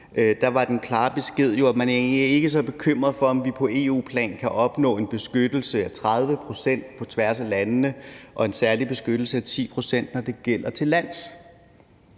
var den klare besked, at man egentlig ikke er så bekymret for, om vi på EU-plan kan opnå en beskyttelse af 30 pct. på tværs af landene og en særlig beskyttelse af 10 pct., når det gælder til lands.